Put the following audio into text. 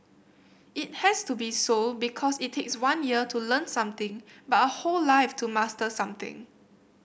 it has to be so because it takes one year to learn something but a whole life to master something